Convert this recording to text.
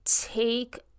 take